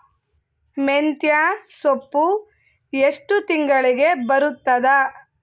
ಮೆಂತ್ಯ ಸೊಪ್ಪು ಎಷ್ಟು ತಿಂಗಳಿಗೆ ಬರುತ್ತದ?